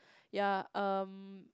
ya um